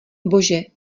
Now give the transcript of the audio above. bože